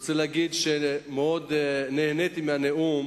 רוצה להגיד שמאוד נהניתי מהנאום